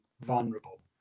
vulnerable